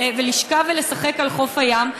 לשכב ולשחק על חוף הים,